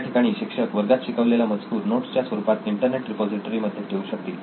त्या ठिकाणी शिक्षक वर्गात शिकवलेला मजकूर नोट्स च्या स्वरुपात इंटरनेट रिपॉझिटरी मध्ये ठेवू शकतील